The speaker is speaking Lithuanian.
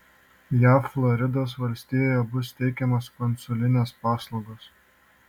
jav floridos valstijoje bus teikiamos konsulinės paslaugos